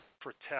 protect